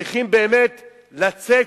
וצריכים באמת לצאת,